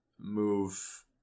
move